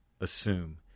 assume